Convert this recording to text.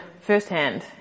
firsthand